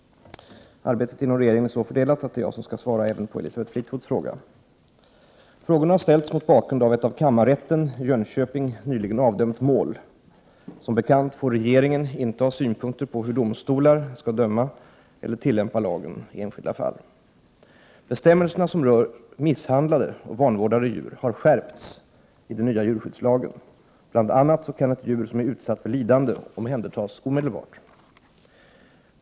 Arbetet inom regeringen är så fördelat att det är jag som skall svara även på Elisabeth Fleetwoods fråga. Frågorna har ställts mot bakgrund av ett av kammarrätten i Jönköping nyligen avdömt mål. Som bekant får regeringen inte ha synpunkter på hur domstolar skall döma eller tillämpa lagen i enskilda fall. Bestämmelserna som rör misshandlade och vanvårdade djur har skärpts i den nya djurskyddslagen. Bl.a. kan ett djur som är utsatt för lidande omhändertas omedelbart.